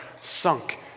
sunk